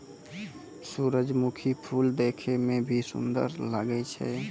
सुरजमुखी फूल देखै मे भी सुन्दर लागै छै